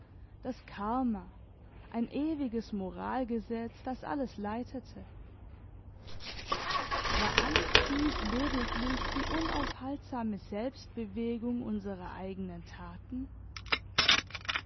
das karma ein ewiges moralgesetz das alles leitete war alles dies lediglich die unaufhaltsame selbstbewegung unserer eigenen taten